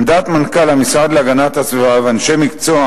עמדת מנכ"ל המשרד להגנת הסביבה ואנשי מקצוע